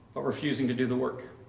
or refusing to do the work.